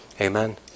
amen